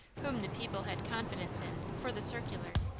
whom the people had confidence in, for the circular,